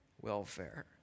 welfare